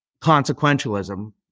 consequentialism